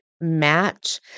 match